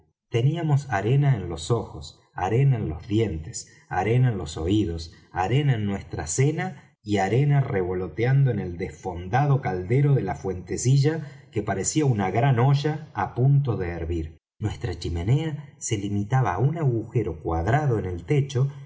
teníamos arena en los ojos arena en los dientes arena en los oídos arena en nuestra cena y arena revoloteando en el desfondado caldero de la fuentecilla que parecía una gran olla á punto de hervir nuestra chimenea se limitaba á un agujero cuadrado en el techo